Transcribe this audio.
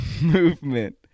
movement